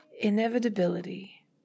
Inevitability